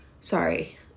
Sorry